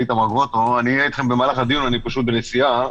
אהיה אתכם במהלך הדיון אני בנסיעה,